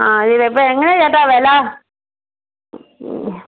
ആ ഇതിപ്പോൾ എങ്ങനെയാണ് ചേട്ടാ വില ആ